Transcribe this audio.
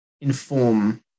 inform